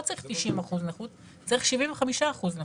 צריך 90 אחוזים נכות אלא צריך 75 אחוזים נכות,